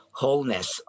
wholeness